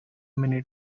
many